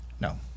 No